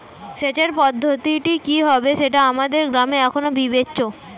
সেচের পদ্ধতিটি কি হবে সেটা আমাদের গ্রামে এখনো বিবেচ্য